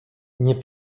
nie